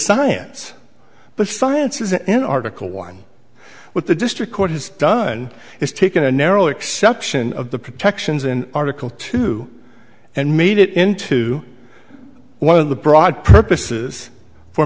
science but science is in article one what the district court has done is taken a narrow exception of the protections in article two and made it into one of the broad purposes for